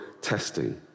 testing